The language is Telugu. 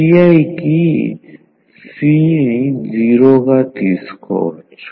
కి C 0 గా తీసుకోవచ్చు